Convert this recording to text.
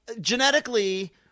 genetically